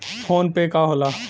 PhonePe का होला?